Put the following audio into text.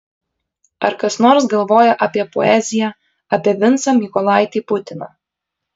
ar kas nors galvoja apie poeziją apie vincą mykolaitį putiną